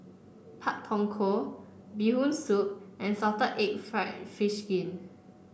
Pak Thong Ko Bee Hoon Soup and Salted Egg fried fish skin